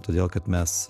todėl kad mes